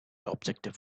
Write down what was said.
objective